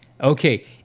Okay